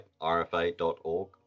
rfa.org